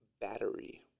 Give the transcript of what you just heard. battery